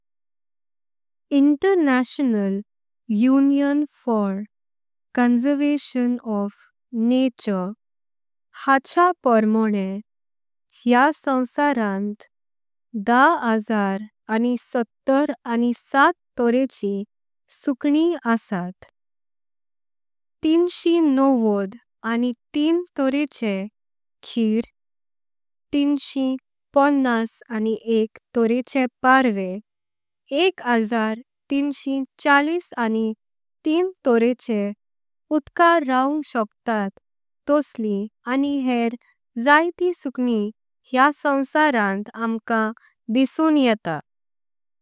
International union for conservation of nature I U C N. हाच्या पोरमोंणें ह्या सोव्सारांत दहा हजार आणी सत्तर आणी। साठ्चे सुकणी असात तीनशे नौवद आणी तीन तोरेंची किरण। तीनशे पन्नास आणी एक तोरेंची पाहयर एक हजार तीनशे। चाळीस आणी तीन तोरेंची उदकार रावुंक शकतात तसली। आणी हेर जाती सुकणी ह्या सोव्सारांत आमकाम दिसून येता।